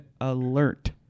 alert